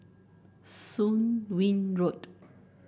Soon Wing Road